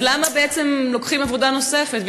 אז למה בעצם לוקחים עבודה נוספת?